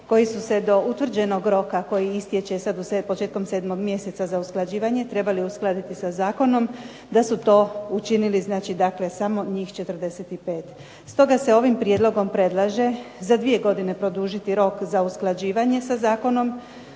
koji su se do utvrđenog roka koji istječe sad početkom 7. mjeseca za usklađivanje, trebali uskladiti sa zakonom, da su to učinili znači dakle samo njih 45. Stoga se ovim prijedlogom predlaže za dvije godine produžiti rok za usklađivanje sa zakonom,